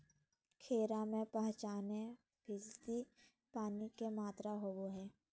खीरा में पंचानबे फीसदी पानी के मात्रा होबो हइ